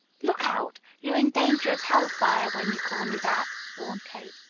look out! you're in danger of hell fire when you call me that! warned kate.